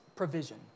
provision